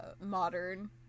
modern